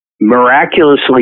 miraculously